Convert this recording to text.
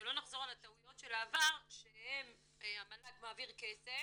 שלא נחזור על טעויות העבר שהמל"ג מעביר כסף